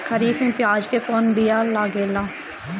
खरीफ में प्याज के कौन बीया लागेला?